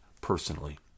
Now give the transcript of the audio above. personally